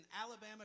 Alabama